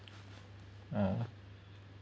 oh